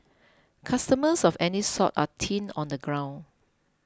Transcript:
customers of any sort are thin on the ground